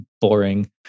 boring